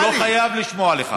הוא לא חייב לשמוע אותך.